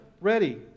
ready